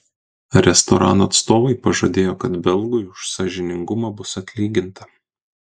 restorano atstovai pažadėjo kad belgui už sąžiningumą bus atlyginta